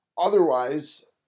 Otherwise